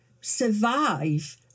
survive